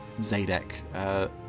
Zadek